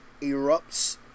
erupts